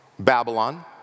Babylon